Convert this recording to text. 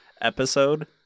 episode